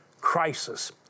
crisis